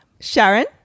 Sharon